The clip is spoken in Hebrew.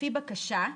לפי בקשה,